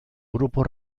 grupo